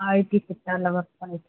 ID செக்டாரில் work பண்ணிட்டு